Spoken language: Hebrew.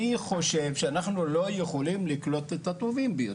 אני חושב שאנחנו לא יכולים לקלוט את הטובים ביותר.